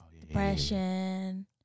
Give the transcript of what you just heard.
depression